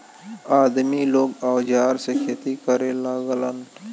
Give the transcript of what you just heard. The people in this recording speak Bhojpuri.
आदमी लोग औजार से खेती करे लगलन